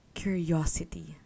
curiosity